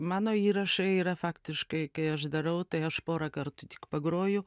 mano įrašai yra faktiškai kai aš darau tai aš porą kartų tik pagroju